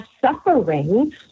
suffering